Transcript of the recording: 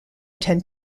tend